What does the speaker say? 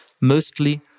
mostly